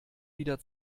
wieder